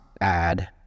add